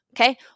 Okay